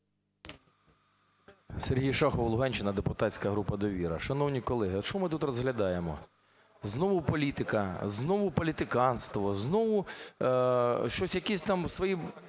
Сергій Шахов, Луганщина, депутатська група "Довіра". Шановні колеги, от що ми тут розглядаємо? Знову політика, знову політиканство, знову якісь там свої